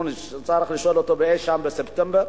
אנחנו נצטרך לשאול אותו אי-שם בספטמבר.